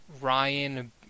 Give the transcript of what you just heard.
Ryan